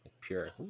pure